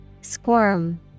Squirm